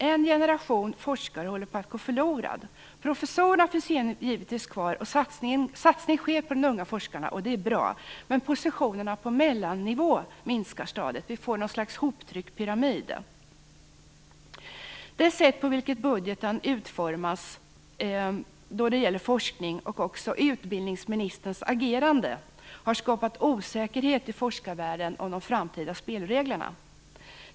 En generation forskare håller på att gå förlorad. Professorerna finns givetvis kvar, och satsning sker på de unga forskarna, vilket är bra, men positionerna på mellannivån minskar stadigt. Vi får ett slags hoptryckt pyramid. Det sätt på vilket budgeten utformas då det gäller forskning och även utbildningsministerns agerande har skapat osäkerhet i forskarvärlden om de framtida spelreglerna.